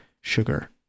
sugar